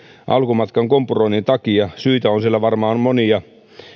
alkumatkan kompuroinnin takia syitä on siellä varmaan monia